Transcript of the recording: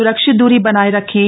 सुरक्षित दूरी बनाए रखें